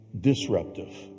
disruptive